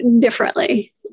differently